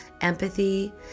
empathy